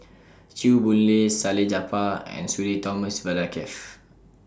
Chew Boon Lay Salleh Japar and Sudhir Thomas Vadaketh